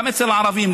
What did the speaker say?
גם אצל הערבים,